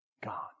God